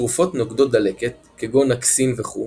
תרופות נוגדות דלקת כגון נקסין וכו'